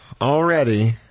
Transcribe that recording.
already